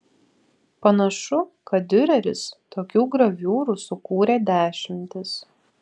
panašu kad diureris tokių graviūrų sukūrė dešimtis